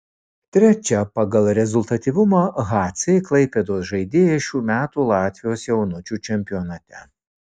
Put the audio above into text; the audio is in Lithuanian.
trečia pagal rezultatyvumą hc klaipėdos žaidėja šių metų latvijos jaunučių čempionate